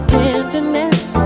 tenderness